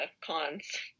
cons